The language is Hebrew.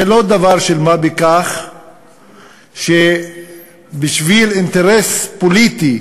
זה לא דבר של מה בכך שבשביל אינטרס פוליטי